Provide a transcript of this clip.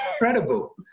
incredible